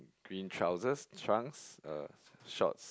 green trousers trunks uh shorts